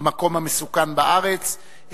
המקום המסוכן בארץ.